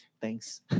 thanks